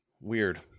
Weird